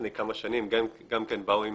לפני כמה שנים גם כן באו עם